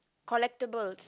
collectables